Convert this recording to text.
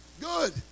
Good